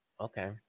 Okay